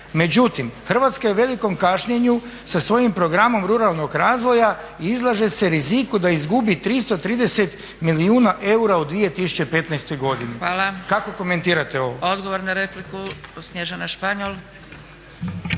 međutim Hrvatska je u velikom kašnjenju sa svojim programom ruralnog razvoja i izlaže se riziku da izgubi 330 milijuna eura u 2015.godini". Kako komentirate ovo? **Zgrebec, Dragica